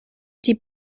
die